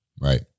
Right